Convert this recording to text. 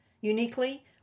uniquely